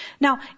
Now